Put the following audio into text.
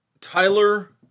Tyler